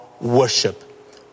worship